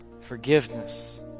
Forgiveness